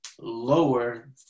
lower